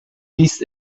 dies